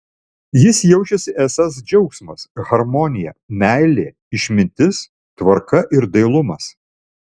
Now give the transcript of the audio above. jis jaučiasi esąs džiaugsmas harmonija meilė išmintis tvarka ir dailumas